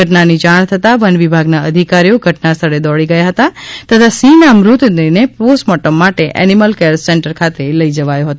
ઘટનાની જાણ થતાં વન વિભાગના અધિકારીઓ ઘટના સ્થળે દોડી ગયા હતા તથા સિંહના મૃતદેહને પોસ્ટમાર્ટમ માટે એનિમલ કેર સેન્ટર ખાતે લઈ જવાયો છે